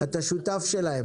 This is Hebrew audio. כי אתה שותף שלהן.